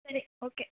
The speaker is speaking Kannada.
ಸರಿ ಓಕೆ